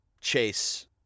chase